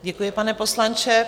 Děkuji, pane poslanče.